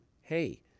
hey